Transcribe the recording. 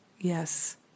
yes